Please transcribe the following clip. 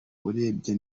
urebye